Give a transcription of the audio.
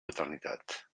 maternitat